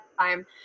time